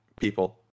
people